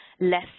less